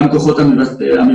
גם כוחות המבצעים,